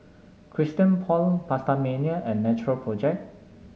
Christian Paul PastaMania and Natural Project